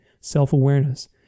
self-awareness